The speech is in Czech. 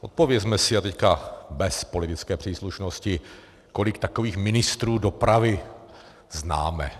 Odpovězme si, a teď bez politické příslušnosti, kolik takových ministrů dopravy známe.